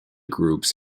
groups